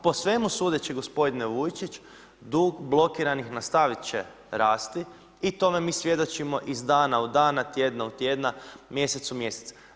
Po svemu sudeći gospodine Vujčić dug blokiranih nastavit će rasti i tome mi svjedočimo iz dana u dana, iz tjedna u tjedan, mjesec u mjesec.